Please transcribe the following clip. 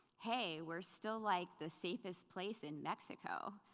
hey, we're still like the safest place in mexico,